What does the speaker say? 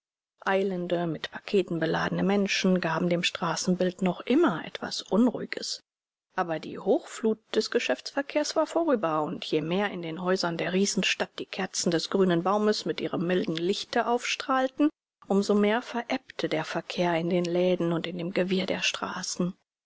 eilende mit paketen beladene menschen gaben dem straßenbild noch immer etwas unruhiges aber die hochflut des geschäftsverkehrs war vorüber und je mehr in den häusern der riesenstadt die kerzen des grünen baumes mit ihrem milden lichte aufstrahlten um so mehr verebbte der verkehr in den läden und in dem gewirr der straßen